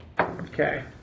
Okay